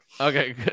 okay